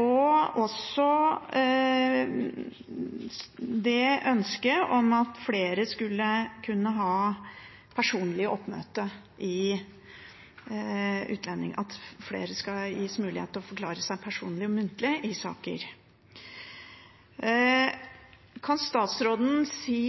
og også ønsket om at flere skal gis mulighet til å forklare seg personlig og muntlig i saker. Kan statsråden si